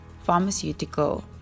pharmaceutical